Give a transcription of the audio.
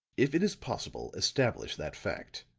if it is possible, establish that fact.